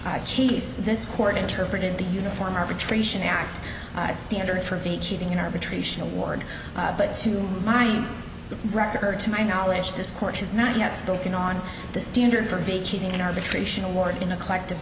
chase this court interpreted the uniform arbitration act standard for the cheating in arbitration award but soon my record to my knowledge this court has not yet spoken on the standard for vacating an arbitration award in a collective